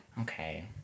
Okay